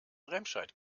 remscheid